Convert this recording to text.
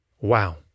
wow